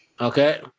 Okay